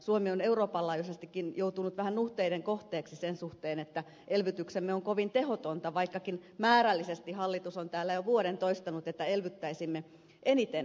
suomi on euroopan laajuisestikin joutunut vähän nuhteiden kohteeksi sen suhteen että elvytyksemme on kovin tehotonta vaikkakin hallitus on täällä jo vuoden toistanut että elvyttäisimme määrällisesti eniten euroopassa